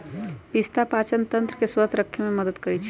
पिस्ता पाचनतंत्र के स्वस्थ रखे में मदद करई छई